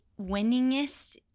winningest